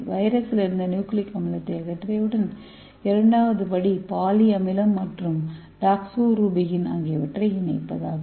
வைரஸிலிருந்து nucleic அமிலத்தை அகற்றியவுடன் இரண்டாவது படி பாலி அமிலம் மற்றும் டாக்ஸோரூபிகின் ஆகியவற்றை இணைப்பதாகும்